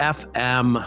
fm